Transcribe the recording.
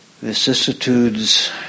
vicissitudes